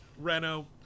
Renault